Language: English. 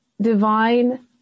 divine